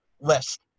list